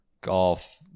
golf